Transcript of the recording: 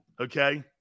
Okay